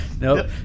Nope